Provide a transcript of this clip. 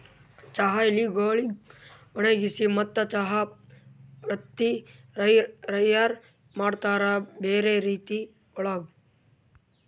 ಚಹಾ ಎಲಿಗೊಳಿಗ್ ಒಣಗಿಸಿ ಮತ್ತ ಚಹಾ ಪತ್ತಿ ತೈಯಾರ್ ಮಾಡ್ತಾರ್ ಬ್ಯಾರೆ ರೀತಿ ಒಳಗ್